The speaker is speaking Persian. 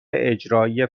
اجرایی